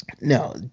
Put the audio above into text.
no